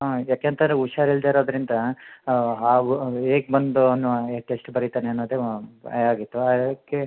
ಹಾಂ ಏಕೆಂದರೆ ಹುಷಾರಿಲ್ದೆ ಇರೋದರಿಂದ ಹೇಗ್ ಬಂದು ಅವನು ಟೆಸ್ಟ್ ಬರೀತಾನೆ ಅನ್ನೋದು ಭಯ ಆಗಿತ್ತು ಅದಕ್ಕೆ